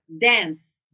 dance